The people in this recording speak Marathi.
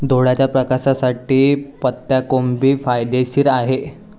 डोळ्याच्या प्रकाशासाठी पत्ताकोबी फायदेशीर आहे